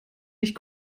nicht